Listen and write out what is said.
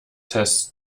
tess